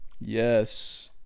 Yes